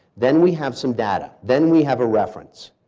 then we have some data. then we have a reference.